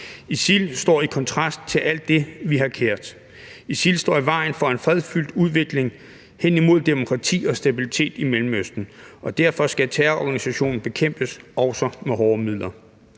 ISIL står i kontrast til alt det, vi har kært. ISIL står i vejen for en fredelig udvikling hen imod demokrati og stabilitet i Mellemøsten, og derfor skal terrororganisationen bekæmpes, også med hårde midler.